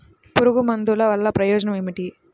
పురుగుల మందుల వల్ల ప్రయోజనం ఏమిటీ?